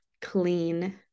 clean